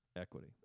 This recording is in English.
equity